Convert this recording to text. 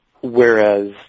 Whereas